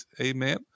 amen